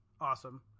awesome